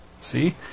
See